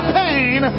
pain